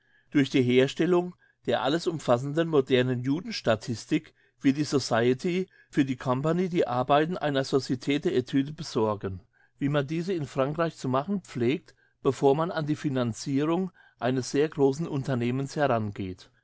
durch die herstellung der alles umfassenden modernen judenstatistik wird die society für die company die arbeiten einer socit d'tudes besorgen wie man diese in frankreich zu machen pflegt bevor man an die financirung eines sehr grossen unternehmens